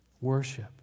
Worship